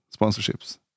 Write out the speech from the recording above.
sponsorships